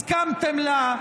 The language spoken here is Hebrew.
הסכמתם לה.